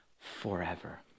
forever